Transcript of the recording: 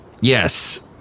Yes